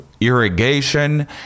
irrigation